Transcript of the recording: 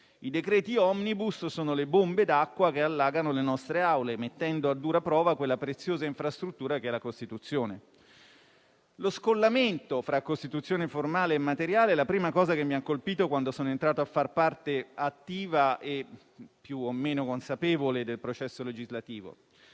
I decreti *omnibus* sono le bombe d'acqua che allagano le nostre Aule, mettendo a dura prova quella preziosa infrastruttura che è la Costituzione. Lo scollamento fra Costituzione formale e materiale è la prima cosa che mi ha colpito, quando sono entrato a far parte attiva e più o meno consapevole del processo legislativo.